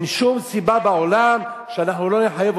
אין שום סיבה בעולם שאנחנו לא נחייב